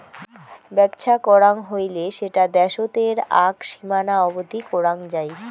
বেপছা করাং হৈলে সেটা দ্যাশোতের আক সীমানা অবদি করাং যাই